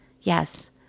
yes